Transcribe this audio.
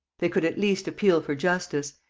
they could at least appeal for justice.